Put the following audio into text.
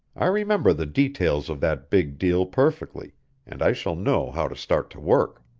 i remember the details of that big deal perfectly and i shall know how to start to work.